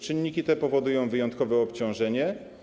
Czynniki te powodują wyjątkowe obciążenie.